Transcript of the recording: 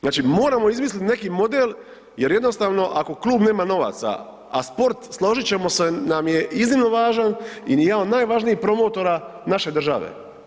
Znači moramo izmislit neki model jer jednostavno ako klub nema novaca, a sport, složit ćemo se, nam je iznimno važan i jedan od najvažnijih promotora naše države.